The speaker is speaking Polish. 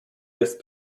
jest